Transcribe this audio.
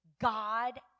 God